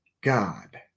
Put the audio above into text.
God